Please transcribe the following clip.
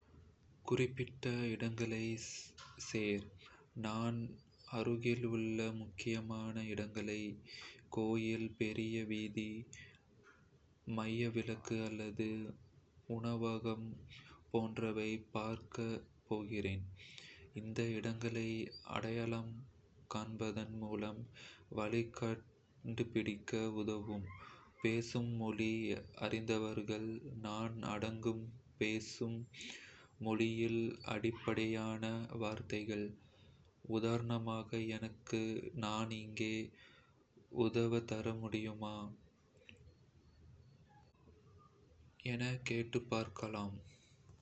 குறிப்பிடப்பட்ட இடங்களைச் சேர் – நான் அருகிலுள்ள முக்கியமான இடங்களை கோயில், பெரிய வீதி, மையவிளக்கு அல்லது உணவகங்கள் போன்றவை பார்க்கப் போகிறேன். அந்த இடங்களை அடையாளம் காண்பதன் மூலம், வழி கண்டுபிடிக்க உதவும். பேசும் மொழி அறிந்தவர்கள் – நான் அங்கு பேசும் மொழியில் அடிப்படையான வார்த்தைகள் உதாரணமாக, "எங்கு?", "நான் எங்கே?", "உதவி தர முடியுமா?"தெரிந்திருந்தால், அங்கே உள்ளவர்களை கேட்டுப் பார்க்கலாம்.